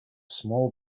small